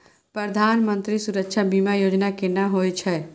प्रधानमंत्री सुरक्षा बीमा योजना केना होय छै?